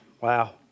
Wow